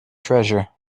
treasure